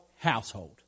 household